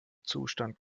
zustand